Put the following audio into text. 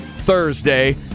Thursday